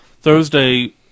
thursday